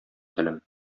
телем